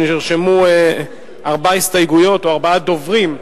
שנרשמו לארבע הסתייגויות או ארבעה דוברים.